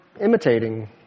imitating